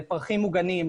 לפרחים מוגנים,